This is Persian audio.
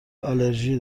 آلرژی